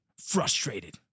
Frustrated